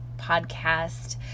podcast